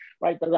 right